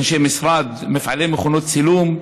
אנשי משרד ומפעילי מכונות צילום,